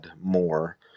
more